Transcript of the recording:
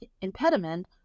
impediment